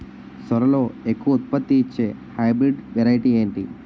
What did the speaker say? సోరలో ఎక్కువ ఉత్పత్తిని ఇచే హైబ్రిడ్ వెరైటీ ఏంటి?